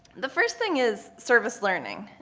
the first thing is service learning.